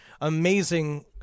amazing